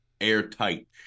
airtight